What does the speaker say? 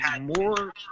more